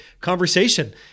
conversation